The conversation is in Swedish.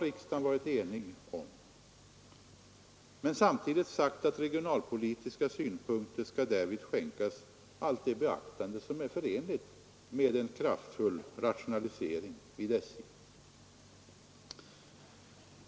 Riksdagen har varit enig om detta men har ständigt sagt att regionalpolitiska synpunkter skall skänkas allt det beaktande, som är förenligt med en kraftfull rationalisering vid SJ.